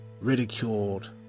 ridiculed